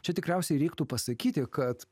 čia tikriausiai reiktų pasakyti kad